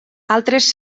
altres